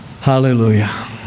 Hallelujah